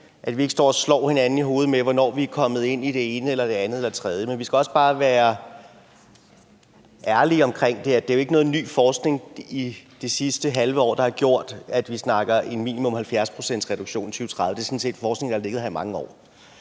at vi ikke står og slår hinanden i hovedet med, hvornår vi er kommet ind i det ene eller det andet. Men vi skal også bare være ærlige omkring, at det ikke er noget ny forskning i det sidste halve år, der har gjort, at vi snakker minimum en 70-procentsreduktion i 2030. Det er sådan set forskning, der har ligget der i mange år.